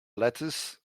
lettuce